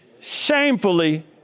shamefully